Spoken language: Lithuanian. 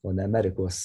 o ne amerikos